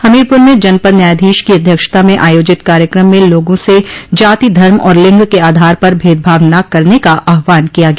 हमीरपुर में जनपद न्यायाधीश को अध्यक्षता में आयोजित कार्यकम में लोगों से जाति धर्म और लिंग के आधार पर भेदभाव न करने का आहवान किया गया